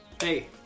Hey